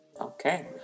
Okay